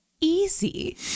easy